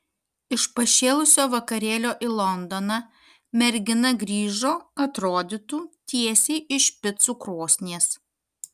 iš pašėlusio vakarėlio į londoną mergina grįžo atrodytų tiesiai iš picų krosnies